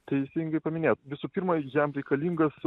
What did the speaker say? teisingai paminėjot visų pirma jam reikalingas